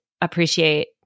appreciate